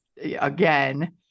again